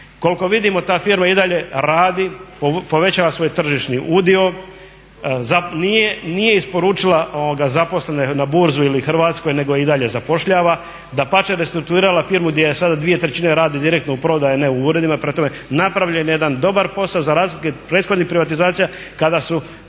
Koliko vidimo ta firma i dalje radi, povećava svoj tržišni udio. Nije isporučila zaposlene na Burzu nego i dalje zapošljava. Dapače, restrukturirala je firmu gdje sada dvije trećine radi direktno u prodaji, a ne u uredima. Prema tome, napravljen je jedan dobar posao za razliku od prethodnih privatizacija kada su